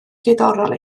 diddorol